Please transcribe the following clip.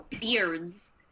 beards